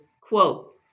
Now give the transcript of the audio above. quote